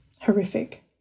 horrific